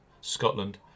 Scotland